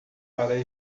para